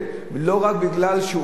לא רק מפני שהוא,